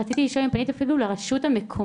רציתי לשאול אם פנית לרשות המקומית,